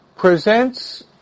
Presents